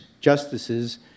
justices